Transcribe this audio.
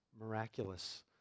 miraculous